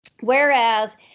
Whereas